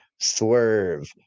Swerve